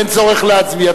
אין צורך להצביע.